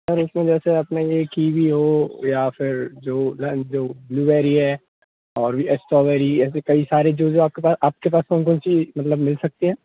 sir इसमें जैसे अपने यह कीवी हो या फिर जो क्या कहते वह ब्लूबेरी है और स्ट्रॉबेरी है ऐसे काई सारे जो जो आपके पास आपके पास कौन कौन सी मतलब मिल सकती है